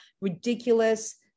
ridiculous